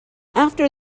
after